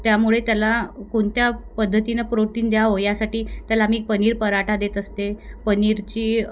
त्यामुळे त्याला कोणत्या पद्धतीनं प्रोटीन द्यावं यासाठी त्याला मी पनीर पराठा देत असते पनीरची